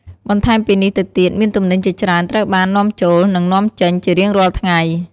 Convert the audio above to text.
បន្ថែមពីនេះទៅទៀតមានទំនិញជាច្រើនត្រូវបាន នាំចូល និងនាំចេញ ជារៀងរាល់ថ្ងៃ។